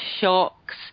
shocks